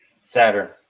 Saturn